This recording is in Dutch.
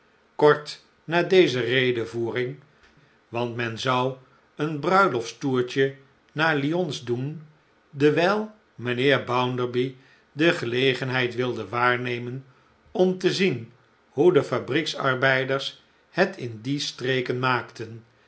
kort na deze redevoering want men zou een bruiloftstoertje naar lyons doen dewijl mijnheer bounderby de gelegenheid wilde waarnemen om te zien hoe de fabrieksarbeiders het in die streken maakten